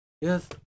Yes